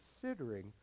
considering